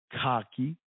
cocky